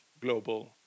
global